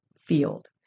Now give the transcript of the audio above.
field